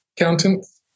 accountants